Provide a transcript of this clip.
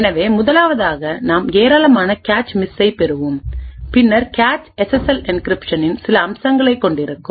எனவே முதலாவதாகநாம் ஏராளமான கேச் மிஸ்ஸைப் பெறுவோம் பின்னர் கேச் எஸ்எஸ்எல் என்கிரிப்ஷனின் சில அம்சங்களைக் கொண்டிருக்கும்